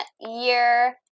year